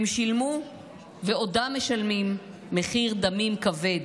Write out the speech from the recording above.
הם שילמו ועודם משלמים מחיר דמים כבד.